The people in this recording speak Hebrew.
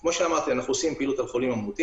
כמו שאמרתי, אנחנו עושים פעילות על חולים מאומתים.